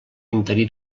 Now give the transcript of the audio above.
interí